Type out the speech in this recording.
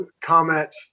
comment